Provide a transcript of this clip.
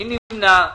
מי נמנע?